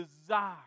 desire